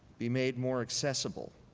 be made more accessible?